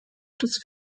des